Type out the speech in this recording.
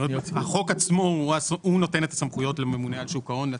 החוק עצמו נותן את הסמכויות לממונה על שוק ההון.